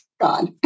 God